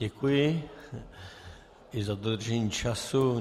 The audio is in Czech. Děkuji i za dodržení času.